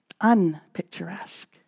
unpicturesque